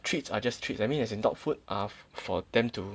treats are just treats I mean as in dog food are for them to